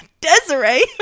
Desiree